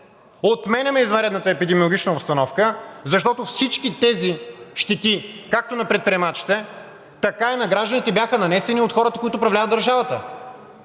отменяме извънредната епидемиологична обстановка, защото всички тези щети както на предприемачите, така и на гражданите бяха нанесени от хората, които управляват държавата.